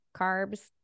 carbs